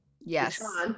Yes